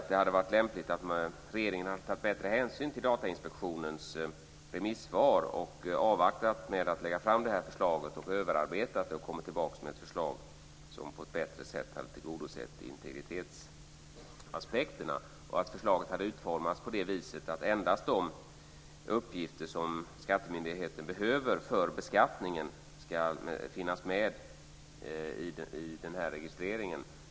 Det hade varit lämpligt om regeringen hade tagit större hänsyn till Datainspektionens remissvar, avvaktat med att lägga fram detta förslag, i stället omarbetat det och återkommit med ett nytt förslag som på ett bättre sätt hade tillgodosett integritetsaspekterna. Förslaget borde utformas på det viset att endast de uppgifter som skattemyndigheterna behöver för beskattningen ska få registreras.